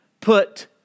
put